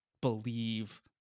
believe